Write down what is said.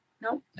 no